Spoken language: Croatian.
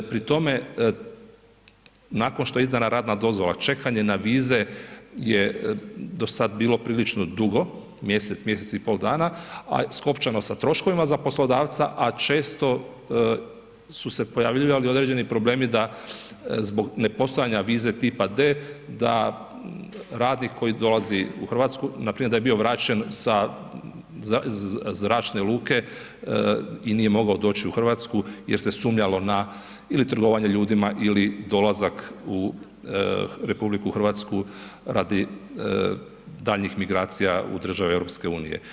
Pri tome, nakon što se izdana radna dozvola, čekanje na vize je, dosad bilo prilično dugo, mjesec, mjesec i pol dana, a skopčano sa troškovima za poslodavca, a često su se pojavljivali određeni problemi da zbog nepostojanja vize tipa D, da radnik koji dolazi u Hrvatsku, npr. da je bio vraćen sa zračne luke i nije mogao doći u Hrvatsku jer se sumnjalo na ili trgovanje ljudima ili dolazak u RH radi daljnjih migracija u države EU.